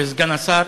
סגן השר,